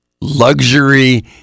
Luxury